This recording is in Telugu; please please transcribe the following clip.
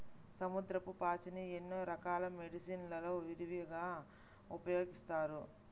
సముద్రపు పాచిని ఎన్నో రకాల మెడిసిన్ లలో విరివిగా ఉపయోగిస్తారు